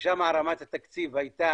ששם רמת התקציב הייתה,